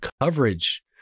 coverage